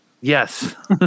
Yes